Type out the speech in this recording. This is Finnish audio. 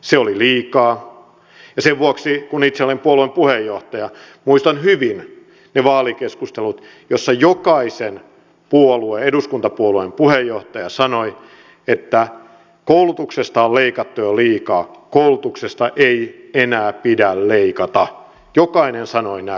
se oli liikaa ja sen vuoksi kun itse olen puolueen puheenjohtaja muistan hyvin ne vaalikeskustelut joissa jokaisen eduskuntapuolueen puheenjohtaja sanoi että koulutuksesta on leikattu jo liikaa koulutuksesta ei enää pidä leikata jokainen sanoi näin